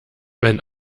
wenn